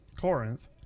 Corinth